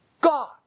God